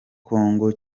congo